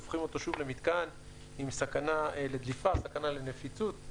הופכים אותו שוב למיתקן עם סכנה לדליפה סכנה לנפיצות,